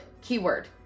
Keyword